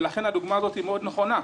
ולכן הדוגמה הזאת היא מאוד נכונה,